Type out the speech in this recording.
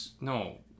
No